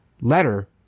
Letter